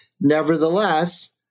Nevertheless